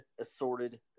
assorted